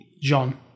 John